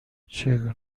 چگونه